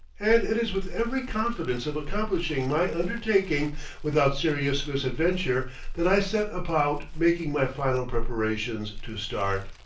and it is with every confidence of accomplishing my undertaking without serious misadventure that i set about making my final preparations to start.